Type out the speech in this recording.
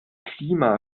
klima